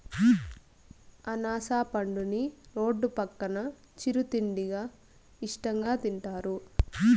అనాస పండుని రోడ్డు పక్కన చిరు తిండిగా ఇష్టంగా తింటారు